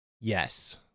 Yes